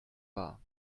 war